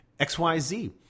XYZ